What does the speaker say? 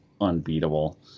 unbeatable